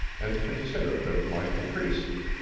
and considerate of my caprices.